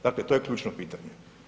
Dakle, to je ključno pitanje.